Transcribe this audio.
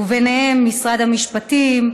ובהם משרד המשפטים,